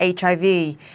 HIV